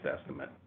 estimate